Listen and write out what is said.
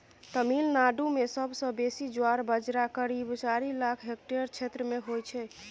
तमिलनाडु मे सबसँ बेसी ज्वार बजरा करीब चारि लाख हेक्टेयर क्षेत्र मे होइ छै